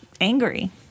angry